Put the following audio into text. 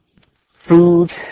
food